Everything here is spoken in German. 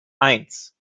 eins